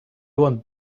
won’t